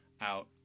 out